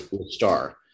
Star